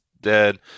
dead